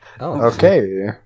Okay